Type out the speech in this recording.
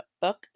book